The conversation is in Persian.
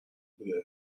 بوده